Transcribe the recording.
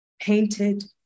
painted